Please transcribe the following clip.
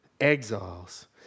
exiles